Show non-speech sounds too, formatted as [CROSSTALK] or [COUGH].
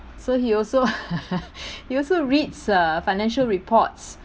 so he also [LAUGHS] he also reads uh financial reports